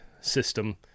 system